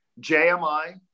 JMI